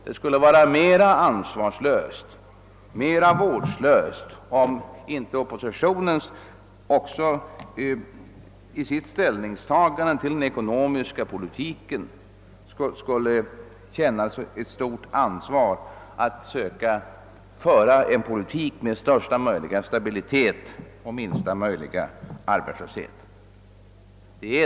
Det skulle vara mera ansvarslöst och vårdslöst, om oppositionen inte skulle söka föra en politik syftande till största möjliga stabilitet och minsta möjliga arbetslöshet.